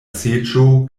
seĝo